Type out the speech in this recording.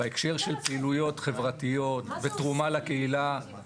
בהקשר של פעולות חברתיות ותרומה לקהילה.